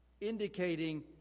indicating